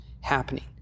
happening